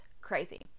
crazy